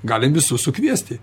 galim visus sukviesti